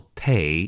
pay